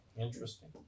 Interesting